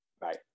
Right